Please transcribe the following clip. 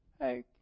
hey